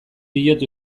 diot